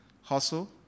hustle